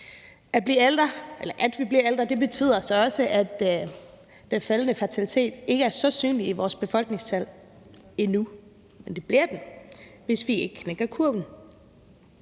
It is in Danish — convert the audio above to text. At vi bliver ældre, betyder så også, at den faldende fertilitet ikke er så synlig i vores befolkningstal endnu, men det bliver den, hvis vi ikke knækker kurven.